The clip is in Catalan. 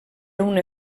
una